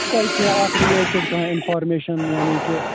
تۄہہِ کینٛہہ اَتھ رِلیٹِڈ کانٛہہ اِنفارمیشن یعنی کہِ